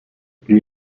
lui